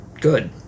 good